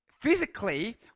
physically